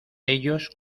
ellos